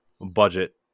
budget